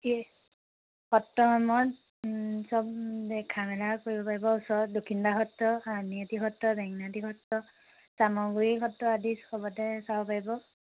সত্ৰসমূহত চব দেখা মেলাও কৰিব পাৰিব আৰু ওচৰত দক্ষিণপাট সত্ৰ আউনীআটী সত্ৰ বেঙেনাআটী সত্ৰ চামগুৰি সত্ৰ আদি চবতে চাব পাৰিব